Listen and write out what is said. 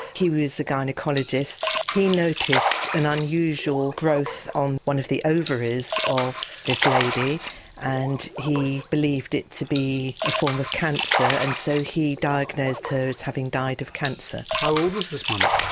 he was a like ah gynaecologist, he noticed an unusual growth on one of the ovaries of this lady and he believed it to be a form of cancer and so he diagnosed her as having died of cancer. how old was this mummy?